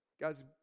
Guys